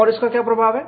और इसका क्या प्रभाव है